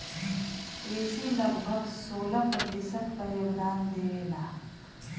कृषि लगभग सोलह प्रतिशत क योगदान देवेला